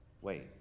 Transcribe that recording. wait